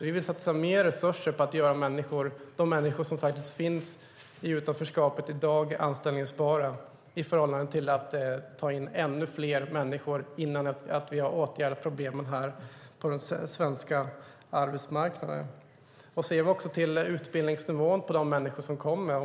Vi vill satsa mer resurser på att göra de människor som finns i utanförskap i dag anställbara i stället för att ta in ännu fler människor innan vi har åtgärdat problemen på den svenska arbetsmarknaden. Låt oss också se på utbildningsnivån hos de människor som kommer!